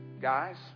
Guys